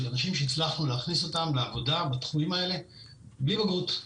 אנשים שהצלחנו להכניס אותם לעבודה בתחומים האלה בלי בגרות.